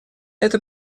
это